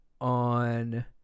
on